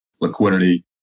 liquidity